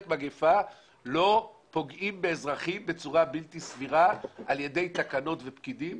מגיפה לא פוגעים באזרחים בצורה בלתי סבירה על ידי תקנות ופקידים.